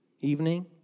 evening